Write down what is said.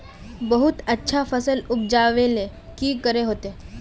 बहुत अच्छा फसल उपजावेले की करे होते?